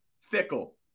fickle